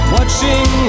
Watching